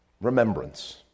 remembrance